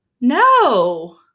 no